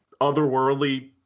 otherworldly